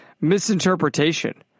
misinterpretation